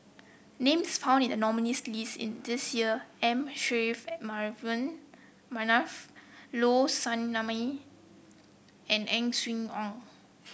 names found in the nominees' list in this year M Saffri Manaf Low Sanmay and Ang Swee Aun